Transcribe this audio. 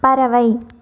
பறவை